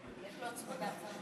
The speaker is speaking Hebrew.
יש לו הצמדה.